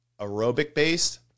aerobic-based